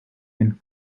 and